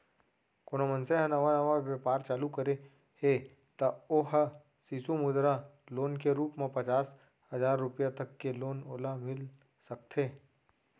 कोनो मनसे ह नवा नवा बेपार चालू करे हे त ओ ह सिसु मुद्रा लोन के रुप म पचास हजार रुपया तक के लोन ओला मिल सकथे